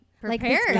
prepared